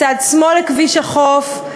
מצד שמאל לכביש החוף,